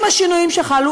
עם השינויים שחלו,